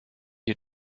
you